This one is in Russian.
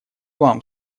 вам